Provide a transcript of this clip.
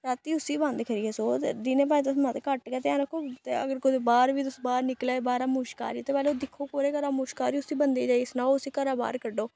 राती उस्सी बंद करियै सोऔ ते दिनै भाएं तुस घट्ट गै ध्यान रक्खो अगर कुतै बाह्र बी तुस बाह्र निकले बाह्रा मुश्क आ दी ते पैह्ले ओह दिक्खो कोह्दे घरा मुश्क आ'रदी उस्सी बंदे जाइयै सनाओ उस्सी घरा बाहर कड्ढो